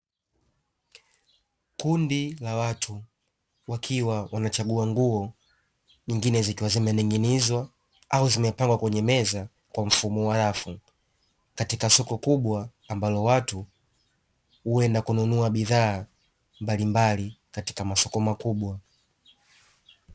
Kundi la watu wakiwa wanachagua nguo, nyingine zikiwa zimening’inizwa au zimepangwa kwenye meza kwa mfumo wa rafu katika soko ambalo watu huenda kununua bidhaa mbalimbali katika masoko makubwa.